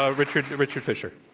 ah richard to richard fisher.